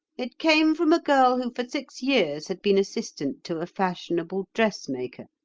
it came from a girl who for six years had been assistant to a fashionable dressmaker.